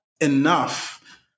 enough